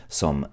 som